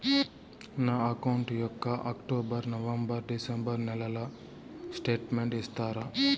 నా అకౌంట్ యొక్క October, November, December నెలల స్టేట్మెంట్ ఇస్తారా?